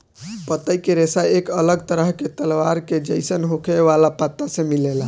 पतई के रेशा एक अलग तरह के तलवार के जइसन होखे वाला पत्ता से मिलेला